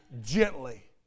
gently